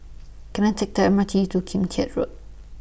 Can I Take The M R T to Kim Keat Road